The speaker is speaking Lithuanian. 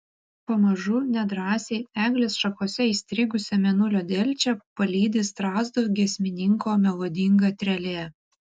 pamažu nedrąsiai eglės šakose įstrigusią mėnulio delčią palydi strazdo giesmininko melodinga trelė